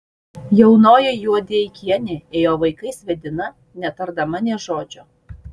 jaunoji juodeikienė ėjo vaikais vedina netardama nė žodžio